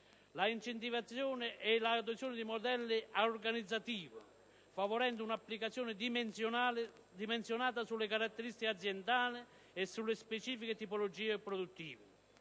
l'incentivazione all'adozione di modelli organizzativi, favorendone un'applicazione dimensionata sulle caratteristiche aziendali e sulle specifiche tipologie produttive.